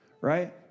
right